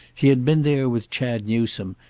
he had been there with chad newsome,